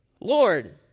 Lord